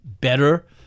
better